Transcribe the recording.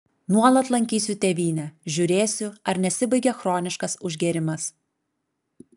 nuolat lankysiu tėvynę žiūrėsiu ar nesibaigia chroniškas užgėrimas